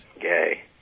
Gay